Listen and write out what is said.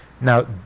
now